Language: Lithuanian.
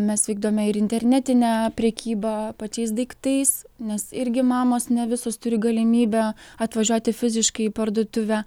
mes vykdome ir internetinę prekybą pačiais daiktais nes irgi mamos ne visos turi galimybę atvažiuoti fiziškai į parduotuvę